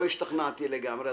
לא השתכנתי לגמרי,